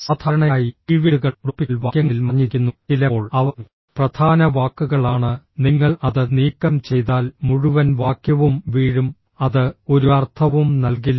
സാധാരണയായി കീവേഡുകൾ ടോപ്പിക്കൽ വാക്യങ്ങളിൽ മറഞ്ഞിരിക്കുന്നു ചിലപ്പോൾ അവ പ്രധാന വാക്കുകളാണ് നിങ്ങൾ അത് നീക്കം ചെയ്താൽ മുഴുവൻ വാക്യവും വീഴും അത് ഒരു അർത്ഥവും നൽകില്ല